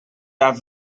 have